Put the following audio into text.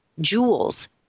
jewels